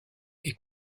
est